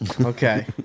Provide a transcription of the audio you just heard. Okay